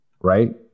right